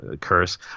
curse